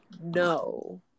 no